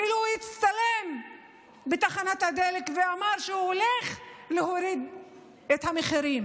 ואפילו הצטלם בתחנת הדלק ואמר שהוא הולך להוריד את המחירים,